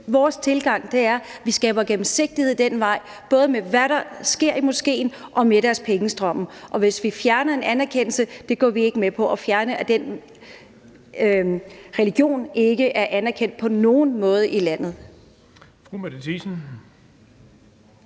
Vores tilgang er, at man skaber gennemsigtighed ad den vej, både med hvad der sker i moskeen, og med deres pengestrømme, og at fjerne en anerkendelse, og at den religion ikke er anerkendt på nogen måde i landet,